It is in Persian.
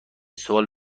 سوال